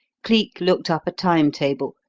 cleek looked up a time-table,